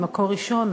ממקור ראשון,